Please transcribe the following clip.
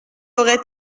aurait